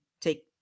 take